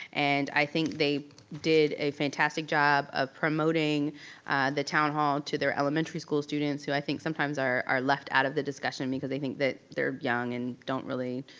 and i think they did a fantastic job of promoting the town hall to their elementary school students who i think sometimes are left out of the discussion because they think that they're young and don't really,